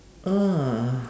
ah